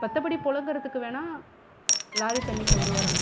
மற்றபடி புலங்கறத்துக்கு வேணால் லாரி தண்ணி கொண்டு வரலாம்